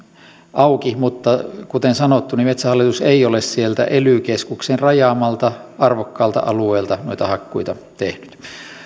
auki mutta kuten sanottu metsähallitus ei ole sieltä ely keskuksen rajaamalta arvokkaalta alueelta noita hakkuita tehnyt